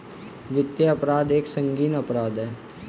वित्तीय अपराध एक संगीन अपराध है